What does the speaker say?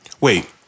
wait